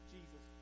Jesus